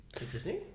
interesting